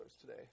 today